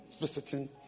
Visiting